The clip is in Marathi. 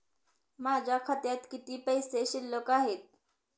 माझ्या खात्यात किती पैसे शिल्लक आहेत?